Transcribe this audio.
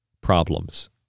problems